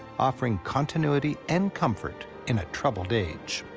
offering continuity and comfort in a troubled age.